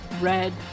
red